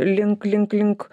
link link link